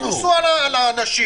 תחוסו על האנשים.